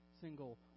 single